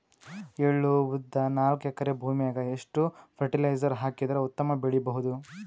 ಎಳ್ಳು, ಉದ್ದ ನಾಲ್ಕಎಕರೆ ಭೂಮಿಗ ಎಷ್ಟ ಫರಟಿಲೈಜರ ಹಾಕಿದರ ಉತ್ತಮ ಬೆಳಿ ಬಹುದು?